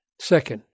Second